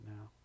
now